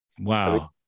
wow